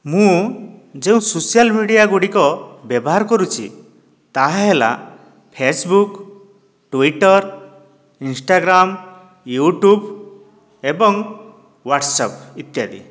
ମୁଁ ଯେଉଁ social media ଗୁଡ଼ିକ ବ୍ୟବହାର କରୁଛି ତାହାହେଲା ଫେସବୁକ ଟ୍ୱିଟର ଇନ୍ସଟାଗ୍ରାମ ୟୁଟ୍ୟୁବ ଏବଂ ୱାଟ୍ସପ ଇତ୍ୟାଦି